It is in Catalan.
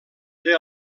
era